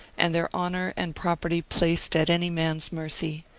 and their honour and property placed at any man's mercy,